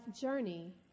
journey